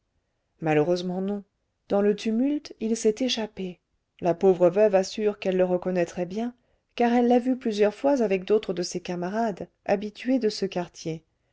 malheureusement non dans le tumulte il s'est échappé la pauvre veuve assure qu'elle le reconnaîtrait bien car elle l'a vu plusieurs fois avec d'autres de ses camarades habitués de ce quartier